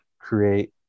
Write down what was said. create